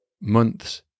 months